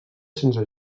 sense